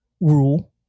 rule